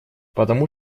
потому